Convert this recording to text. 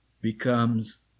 becomes